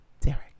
Derek